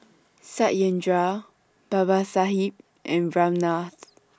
Satyendra Babasaheb and Ramnath